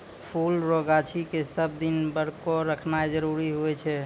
फुल रो गाछी के सब दिन बरकोर रखनाय जरूरी हुवै छै